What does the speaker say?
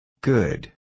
Good